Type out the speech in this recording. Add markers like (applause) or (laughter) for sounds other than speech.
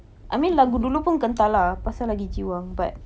(laughs)